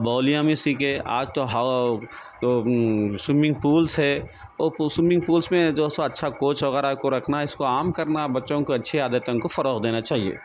بولیاں میں سیکھے آج تو سوئمنگس پولس ہے وہ پولس سوئمنگ پولس میں جو سو اچھا کوچ وغیرہ کو رکھنا اس کو عام کرنا بچّوں کو اچّھی عادتوں کو فروغ دینا چاہیے